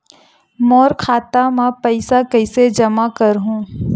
मोर खाता म पईसा कइसे जमा करहु?